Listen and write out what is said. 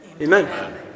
Amen